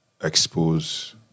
expose